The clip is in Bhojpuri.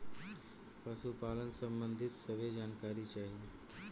पशुपालन सबंधी सभे जानकारी चाही?